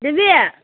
ꯗꯨꯕꯤ